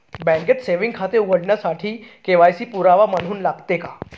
बँकेत सेविंग खाते उघडण्यासाठी के.वाय.सी पुरावा म्हणून लागते का?